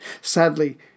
Sadly